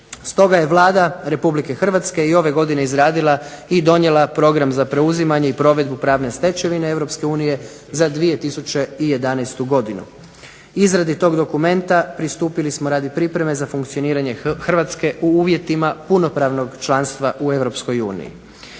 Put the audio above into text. Stoga je Vlada Republike Hrvatske i ove godine izradila i donijela Program za preuzimanje i provedbu pravne stečevine Europske unije za 2011. godinu. Izradi tog dokumenta pristupili smo radi pripreme za funkcioniranje Hrvatske u uvjetima punopravnog članstva u